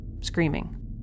Screaming